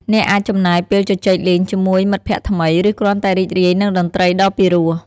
អ្នកអាចចំណាយពេលជជែកលេងជាមួយមិត្តភក្តិថ្មី ឬគ្រាន់តែរីករាយនឹងតន្ត្រីដ៏ពីរោះ។